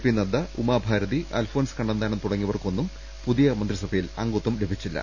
P Nadda Uma Bharati Alphons Kannanthanam തുടങ്ങിയവരൊന്നും പുതിയ മന്ത്രിസഭയിൽ അംഗങ്ങളല്ല